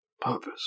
Purpose